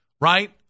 right